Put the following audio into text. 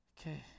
Okay